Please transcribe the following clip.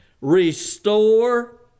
restore